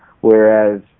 Whereas